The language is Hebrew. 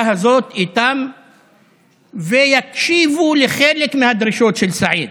הזאת איתם ויקשיבו לחלק מהדרישות של סעיד.